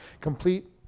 complete